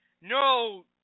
No